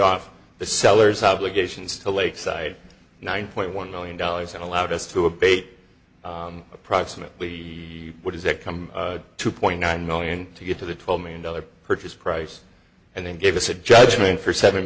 off the seller's obligations to lakeside nine point one million dollars and allowed us to abate approximately what is it come two point nine million to get to the twelve million dollars purchase price and then give us a judgment for seven